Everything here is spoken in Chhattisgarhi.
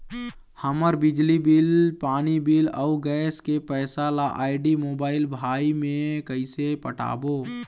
हमर बिजली बिल, पानी बिल, अऊ गैस के पैसा ला आईडी, मोबाइल, भाई मे कइसे पटाबो?